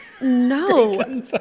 No